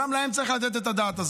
גם להן צריך לתת את הדעת.